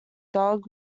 dog